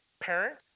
parent